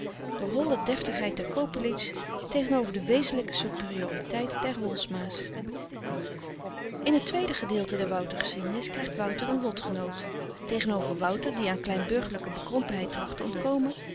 de holle deftigheid der kopperliths tegenover de wezenlijke superioriteit der holsma's in het tweede gedeelte der woutergeschiedenis krijgt wouter een lotgenoot tegenover wouter die aan kleinburgerlijke bekrompenheid tracht te ontkomen